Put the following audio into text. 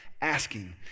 asking